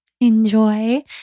Enjoy